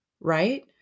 right